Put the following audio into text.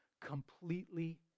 completely